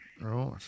Right